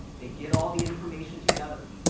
they get all the information together.